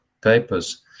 papers